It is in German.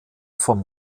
von